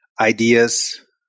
ideas